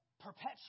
perpetual